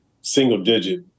single-digit